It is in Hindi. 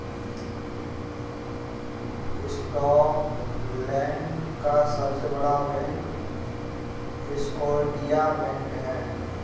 स्कॉटलैंड का सबसे बड़ा बैंक स्कॉटिया बैंक है